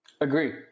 Agree